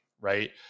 right